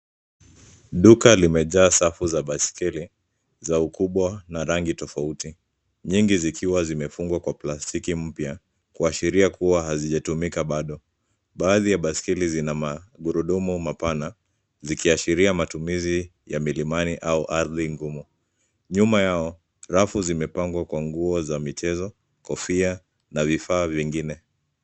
Duka limejaa safu za baiskeli za ukubwa na rangi tofauti, nyingi zikiwa zimefungwa kwa plastiki mpya kuashiria kuwa hazijatumika bado. Baadhi ya baiskeli zina magurudumu mapana, zikiashiria matumizi ya milimani au ardhi ngumu. Nyuma yao rafu zimepangwa kwa nguo za michezo, kofia na vifaa vingine.